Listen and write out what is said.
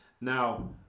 Now